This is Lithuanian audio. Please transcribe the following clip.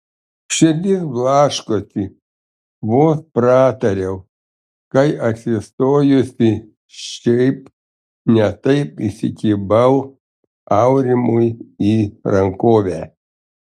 širdis blaškosi vos pratariau kai atsistojusi šiaip ne taip įsikibau aurimui į rankovę